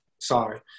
sorry